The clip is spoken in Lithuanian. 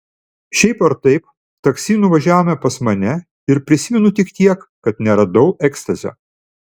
šiaip ar taip taksi nuvažiavome pas mane ir prisimenu tik tiek kad neradau ekstazio